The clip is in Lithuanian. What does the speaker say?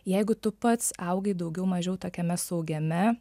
jeigu tu pats augai daugiau mažiau tokiame saugiame